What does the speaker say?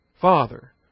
Father